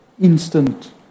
instant